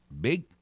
big